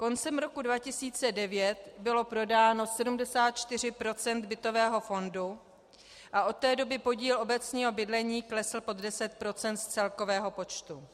Koncem roku 2009 bylo prodáno 74 % bytového fondu a od té doby podíl obecního bydlení klesl pod 10 % z celkového počtu.